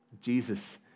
Jesus